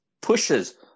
pushes